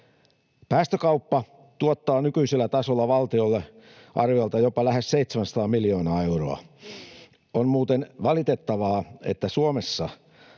Päästökauppa tuottaa nykyisellä tasolla valtiolle arviolta jopa lähes 700 miljoonaa euroa. On muuten valitettavaa, että Suomessa